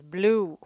Blue